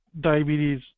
diabetes